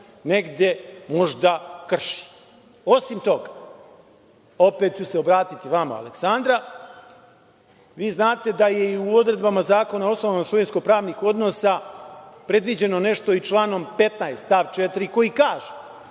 negde možda krši. Osim toga, opet ću se obratiti vama, Aleksandra, vi znate da je i u odredbama Zakona o osnovama svojinsko-pravnih odnosa predviđeno nešto i članom 15. stav 4. koji kaže: